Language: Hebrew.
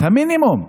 המינימום,